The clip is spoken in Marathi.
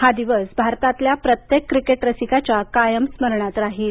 हा दिवस भारतातल्या प्रत्येक क्रिकेट रसिकाच्या कायम स्मरणात राहील